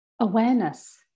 awareness